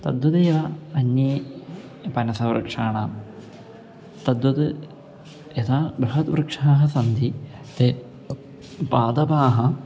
तद्वदेव अन्यं पनसवृक्षाणां तद्वत् यथा बृहत् वृक्षाः सन्ति ते पादपाः